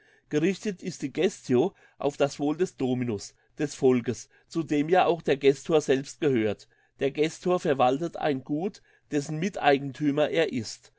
gerichtet ist die gestio auf das wohl des dominus des volkes zu dem ja auch der gestor selbst gehört der gestor verwaltet ein gut dessen miteigenthümer er ist